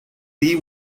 thee